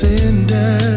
Cinder